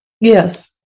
Yes